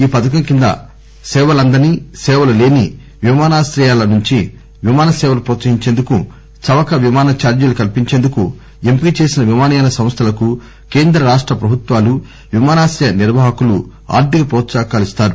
ఈ పథకం క్రింద సేవలందని సేవలు లేని విమానాశ్రయాల నుంచి విమాన సేవలు హ్రోత్సహించేందుకు చవక విమాన చార్జీలు కల్పించేందుకు ఎంపిక చేసిన విమానయాన సంస్థలకు కేంద్ర రాష్ట ప్రభుత్వాలు విమానాశ్రయ నిర్వహకులు ఆర్థిక ప్రోత్పహకాలు ఇస్తారు